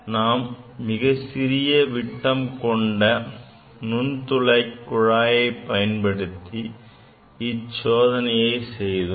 நாம் மிக சிறிய விட்டம் கொண்ட நுண் துளை குழாயைப் பயன்படுத்தி இச்சோதனையை செய்தோம்